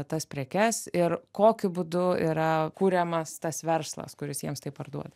tas prekes ir kokiu būdu yra kuriamas tas verslas kuris jiems tai parduoda